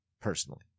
personally